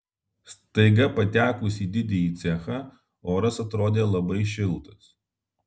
staiga patekus į didįjį cechą oras atrodė labai šiltas